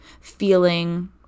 feeling